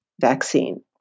vaccine